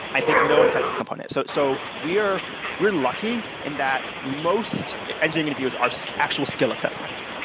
i think no in technical components. so so we're we're lucky and that most engineering interviewers are so actual skill assessments.